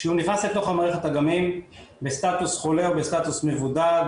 כשהוא נכנס לתוך מערכת אגמים בסטטוס חולה או בסטטוס מבודד,